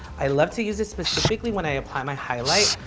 i love to use it specifically when i apply my highlight.